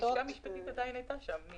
הלשכה המשפטית עדיין הייתה שם.